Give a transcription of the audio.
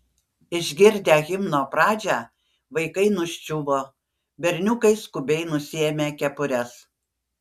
išgirdę himno pradžią vaikai nuščiuvo berniukai skubiai nusiėmė kepures